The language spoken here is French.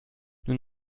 nous